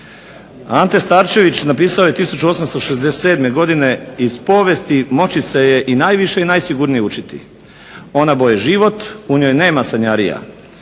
Ante Starčević napisao je 1867. godine "Iz povijesti moći se je i najviše i najsigurnije učiti. Ona boji život u njoj nema sanjarija",